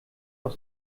auf